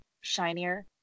shinier